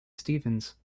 stevens